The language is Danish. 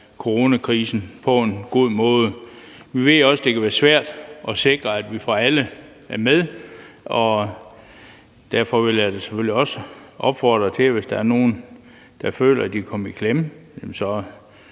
coronakrisen på en god måde. Vi ved også, at det kan være svært at sikre, at vi får alle med, og derfor vil jeg da selvfølgelig også sige, at hvis der er nogen, der føler, at de er kommet i klemme, må